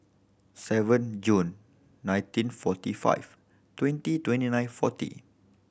seven June nineteen forty five twenty twenty nine forty